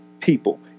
people